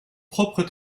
propres